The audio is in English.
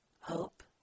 hope